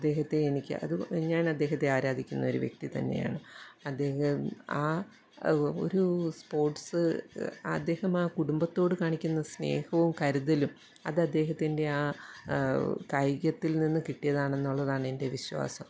അദ്ദേഹത്തെ എനിക്ക് അത് ഞാനദ്ദേഹത്തെ ആരാധിക്കുന്നൊരു വ്യക്തി തന്നെയാണ് അദ്ദേഹം ആ ഒരൂ സ്പോർട്സ് അദ്ദേഹം ആ കുടുംബത്തോട് കാണിക്കുന്ന സ്നേഹവും കരുതലും അതദ്ദേഹത്തിൻ്റെ ആ കായികത്തിൽ നിന്ന് കിട്ടിയതാണെന്നുള്ളതാണെൻ്റെ വിശ്വാസം